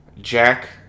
Jack